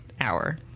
hour